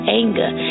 anger